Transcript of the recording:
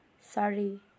Sorry